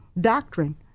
doctrine